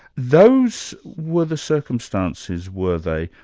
those were the circumstances, were they,